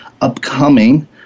upcoming